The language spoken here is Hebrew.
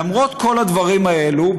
למרות כל הדברים האלה,